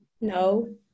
No